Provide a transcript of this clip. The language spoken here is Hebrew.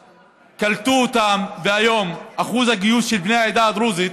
קלטו אותם, והיום אחוז הגיוס של בני העדה הדרוזית